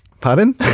Pardon